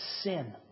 sin